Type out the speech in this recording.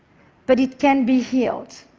but it can be healed.